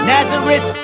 Nazareth